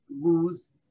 lose